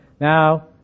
Now